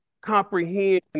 comprehend